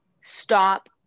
stop